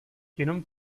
jenom